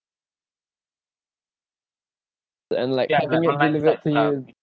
and like having it delivered to you